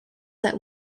that